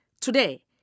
Today